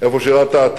איפה שירת אתה?